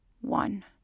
one